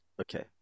Okay